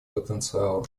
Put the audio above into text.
потенциалом